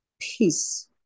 peace